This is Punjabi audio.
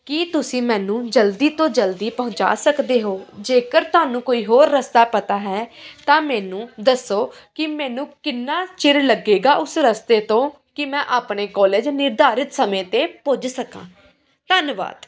ਕੀ ਤੁਸੀਂ ਮੈਨੂੰ ਜਲਦੀ ਤੋਂ ਜਲਦੀ ਪਹੁੰਚਾ ਸਕਦੇ ਹੋ ਜੇਕਰ ਤੁਹਾਨੂੰ ਕੋਈ ਹੋਰ ਰਸਤਾ ਪਤਾ ਹੈ ਤਾਂ ਮੈਨੂੰ ਦੱਸੋ ਕਿ ਮੈਨੂੰ ਕਿੰਨਾ ਚਿਰ ਲੱਗੇਗਾ ਉਸ ਰਸਤੇ ਤੋਂ ਕਿ ਮੈਂ ਆਪਣੇ ਕੋਲੇਜ ਨਿਰਧਾਰਿਤ ਸਮੇਂ 'ਤੇ ਪੁੱਜ ਸਕਾਂ ਧੰਨਵਾਦ